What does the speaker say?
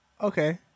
okay